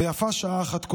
ויפה שעת אחת קודם.